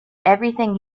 everything